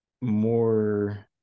more